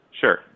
Sure